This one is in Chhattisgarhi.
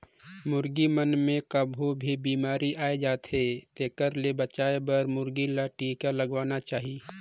मुरगी मन मे कभों भी बेमारी आय जाथे तेखर ले बचाये बर मुरगी ल टिका लगवाना चाही